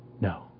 no